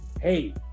Hey